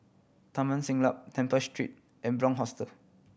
Taman Siglap Temple Street and Bunc Hostel